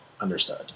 understood